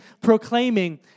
proclaiming